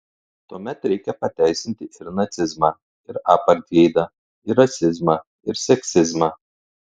tuomet reikia pateisinti ir nacizmą ir apartheidą ir rasizmą ir seksizmą